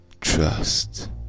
trust